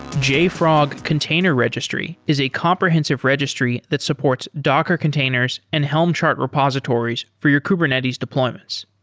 jfrog container registry is a comprehensive registry that supports docker containers and helm chart repositories for your kubernetes deployments.